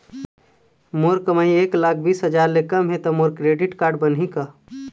मोर कमाई एक लाख बीस हजार ले कम हे त मोर क्रेडिट कारड बनही का?